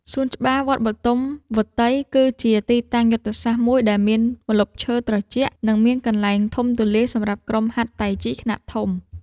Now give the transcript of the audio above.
សួនច្បារវត្តបទុមវតី គឺជាទីតាំងយុទ្ធសាស្ត្រមួយដែលមានម្លប់ឈើត្រជាក់ និងមានកន្លែងធំទូលាយសម្រាប់ក្រុមហាត់តៃជីខ្នាតធំ។